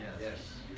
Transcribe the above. Yes